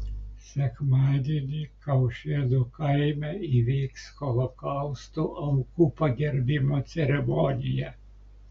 sekmadienį kaušėnų kaime įvyks holokausto aukų pagerbimo ceremonija